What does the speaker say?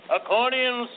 Accordion